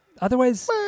Otherwise